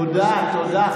תודה, תודה.